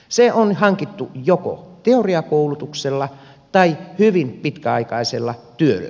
se on hankittu joko teoriakoulutuksella tai hyvin pitkäaikaisella työllä